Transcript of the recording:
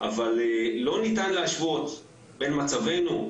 אבל לא ניתן להשוות בין מצבנו,